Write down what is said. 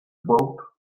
baotr